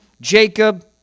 Jacob